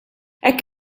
hekk